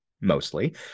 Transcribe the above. mostly